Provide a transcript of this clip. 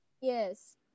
yes